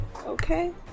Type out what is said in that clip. okay